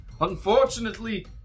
Unfortunately